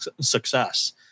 success